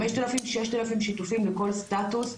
5000-6000 שיתופים לכל סטטוס,